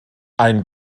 ein